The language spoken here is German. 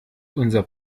unser